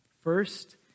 First